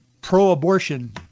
pro-abortion